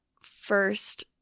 first